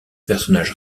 personnage